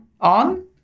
on